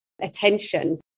attention